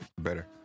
better